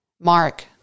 Mark